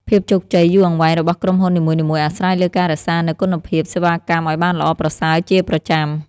ភាពជោគជ័យយូរអង្វែងរបស់ក្រុមហ៊ុននីមួយៗអាស្រ័យលើការរក្សានូវគុណភាពសេវាកម្មឱ្យបានល្អប្រសើរជាប្រចាំ។